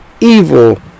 evil